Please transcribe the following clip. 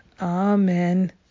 Amen